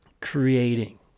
creating